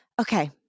Okay